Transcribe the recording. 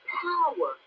power